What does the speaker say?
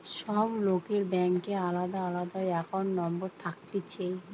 সব লোকের ব্যাংকে আলদা আলদা একাউন্ট নম্বর থাকতিছে